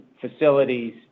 facilities